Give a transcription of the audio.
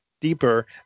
deeper